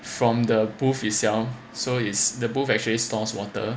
from the booth itself so is the booth actually stores water